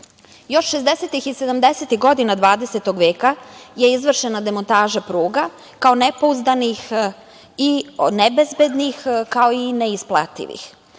60-ih i 70-ih godina 20. veka je izvršena demontaža pruga, kao nepouzdanih i nebezbednih, kao i neisplativih.